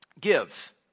Give